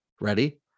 Ready